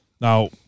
Now